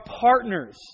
partners